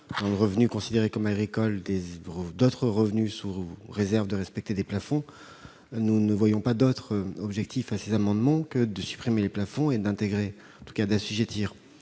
dans le revenu considéré comme agricole d'autres revenus sous réserve de respecter des plafonds, nous ne voyons pas d'autre objectif à ces amendements que de supprimer les plafonds et d'assujettir